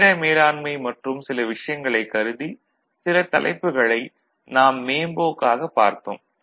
நேர மேலாண்மை மற்றும் சில விஷயங்களைக் கருதி சில தலைப்புகளை நாம் மேம்போக்காக பார்த்தோம்